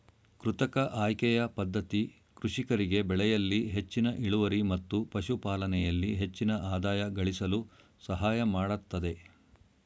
ಕೃತಕ ಆಯ್ಕೆಯ ಪದ್ಧತಿ ಕೃಷಿಕರಿಗೆ ಬೆಳೆಯಲ್ಲಿ ಹೆಚ್ಚಿನ ಇಳುವರಿ ಮತ್ತು ಪಶುಪಾಲನೆಯಲ್ಲಿ ಹೆಚ್ಚಿನ ಆದಾಯ ಗಳಿಸಲು ಸಹಾಯಮಾಡತ್ತದೆ